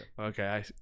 okay